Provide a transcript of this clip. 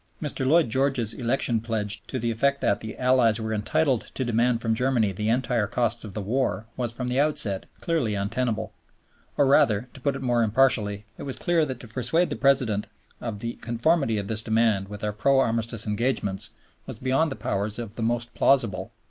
mr. lloyd george's election pledge to the effect that the allies were entitled to demand from germany the entire costs of the war was from the outset clearly untenable or rather, to put it more and it was clear that to persuade the president of the conformity of this demand with our pro-armistice engagements was beyond the powers of the most plausible.